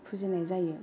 फुजिनाय जायो